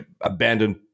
abandoned